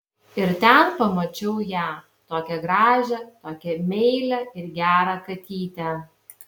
ir ten pamačiau ją tokią gražią tokią meilią ir gerą katytę